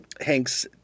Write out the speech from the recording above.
Hank's